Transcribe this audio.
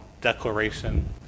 declaration